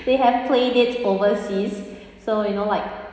they have played it overseas so you know like